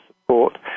support